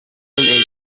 egg